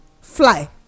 fly